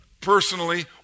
personally